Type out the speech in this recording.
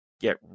get